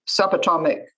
subatomic